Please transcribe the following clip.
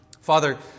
Father